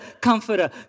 comforter